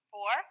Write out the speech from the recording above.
Four